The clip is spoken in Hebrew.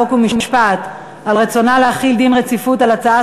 חוק ומשפט על רצונה להחיל דין רציפות על הצעת